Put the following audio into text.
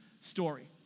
story